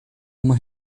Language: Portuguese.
uma